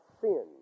sin